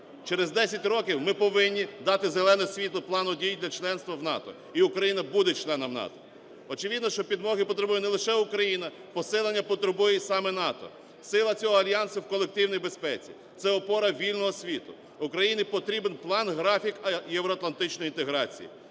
Через 10 років ми повинні дати зелене світло плану дій для членства в НАТО, і Україна буде членом НАТО. Очевидно, що підмоги потребує не лише Україна, посилення потребує і саме НАТО. Сила цього альянсу в колективній безпеці, це опора вільного світу, Україні потрібен план-графік євроатлантичної інтеграції.